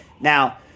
Now